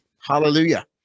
Hallelujah